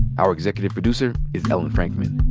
our executive producer is ellen frankman.